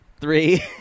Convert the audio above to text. Three